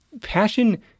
passion